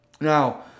Now